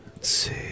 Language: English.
see